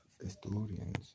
historians